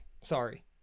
Sorry